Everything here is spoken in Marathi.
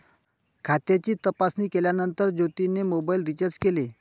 खात्याची तपासणी केल्यानंतर ज्योतीने मोबाइल रीचार्ज केले